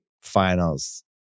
finals